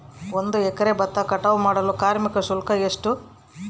ಒಂದು ಎಕರೆ ಭತ್ತ ಕಟಾವ್ ಮಾಡಲು ಕಾರ್ಮಿಕ ಶುಲ್ಕ ಎಷ್ಟು?